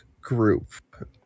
group